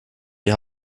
die